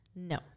No